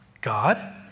God